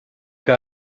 que